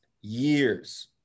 years